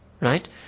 Right